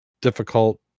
difficult